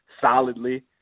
solidly